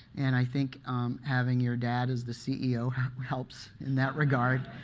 and i think having your dad as the ceo helps in that regard.